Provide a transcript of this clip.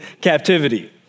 captivity